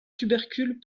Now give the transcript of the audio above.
tubercule